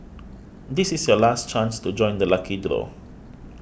this is your last chance to join the lucky draw